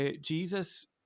Jesus